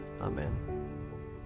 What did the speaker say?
Amen